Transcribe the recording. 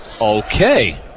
Okay